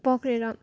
पक्रेर